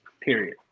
Period